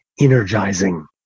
energizing